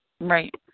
Right